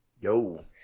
yo